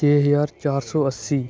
ਛੇ ਹਜ਼ਾਰ ਚਾਰ ਸੌ ਅੱਸੀ